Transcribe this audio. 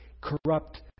corrupt